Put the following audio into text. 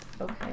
Okay